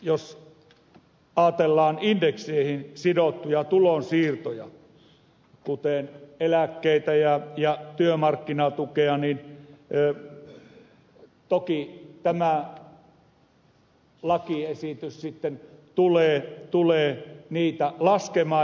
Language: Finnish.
jos ajatellaan indekseihin sidottuja tulonsiirtoja kuten eläkkeitä ja työmarkkinatukea niin toki tämä lakiesitys tulee niitä laskemaan